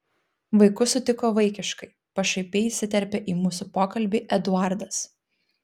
vaikus sutiko vaikiškai pašaipiai įsiterpė į mūsų pokalbį eduardas